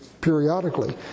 periodically